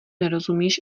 nerozumíš